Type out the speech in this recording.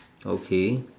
okay